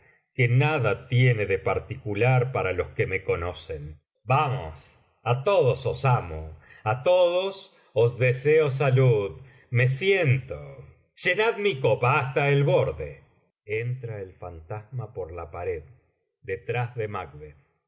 que nada tiene de particular para los que me conocen vamos á todos os amo á todos os deseo salud me siento llenad mi copa hasta el borde entra el fantasma por la pared detrás de